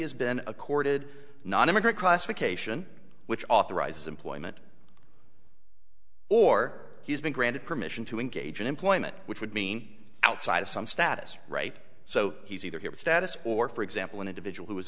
has been accorded nonimmigrant classification which authorizes employment or has been granted permission to engage in employment which would mean outside of some status right so he's either here or status or for example an individual who